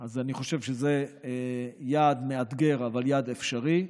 אז אני חושב שזה יעד מאתגר, אבל יעד אפשרי.